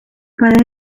para